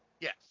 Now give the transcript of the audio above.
Yes